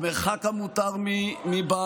המרחק המותר מהבית,